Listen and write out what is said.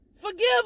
Forgive